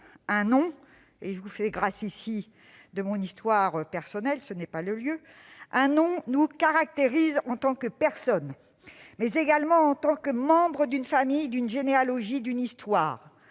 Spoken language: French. Je vous ferai grâce ici de mon histoire personnelle- ce n'est pas le lieu de la raconter. Un nom nous caractérise en tant que personne, mais également en tant que membre d'une famille, d'une généalogie, d'une histoire.